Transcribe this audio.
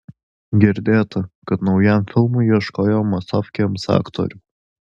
girdėta kad naujam filmui ieškojo masofkėms aktorių